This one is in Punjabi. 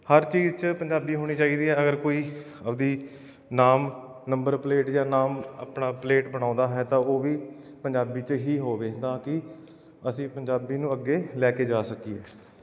ਹਰ ਚੀਜ਼ 'ਚ ਪੰਜਾਬੀ ਹੋਣੀ ਚਾਹੀਦੀ ਆ ਅਗਰ ਕੋਈ ਆਪਦੀ ਨਾਮ ਨੰਬਰ ਪਲੇਟ ਜਾਂ ਨਾਮ ਆਪਣਾ ਪਲੇਟ ਬਣਾਉਂਦਾ ਹੈ ਤਾਂ ਉਹ ਵੀ ਪੰਜਾਬੀ 'ਚ ਹੀ ਹੋਵੇ ਤਾਂ ਕਿ ਅਸੀਂ ਪੰਜਾਬੀ ਨੂੰ ਅੱਗੇ ਲੈ ਕੇ ਜਾ ਸਕੀਏ